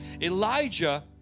Elijah